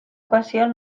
ocasión